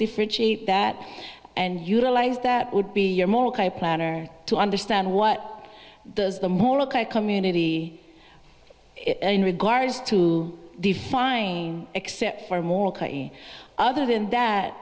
differentiate that and utilize that would be your moral planner to understand what does the moral community in regards to the fine except for a moral other than that